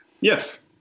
Yes